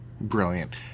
Brilliant